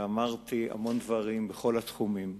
ואמרתי המון דברים, בכל התחומים.